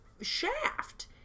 shaft